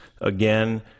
again